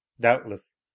doubtless